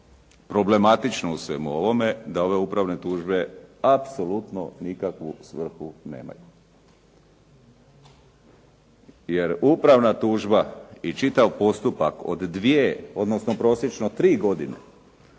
problematično u svemu ovome da ove upravne tužbe apsolutno nikakvu svrhu nemaju, jer upravna tužba i čitav postupak od dvije odnosno prosječno tri godine,